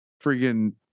freaking